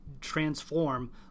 transform